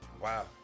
Wow